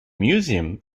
museum